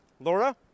Laura